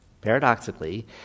paradoxically